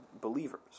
believers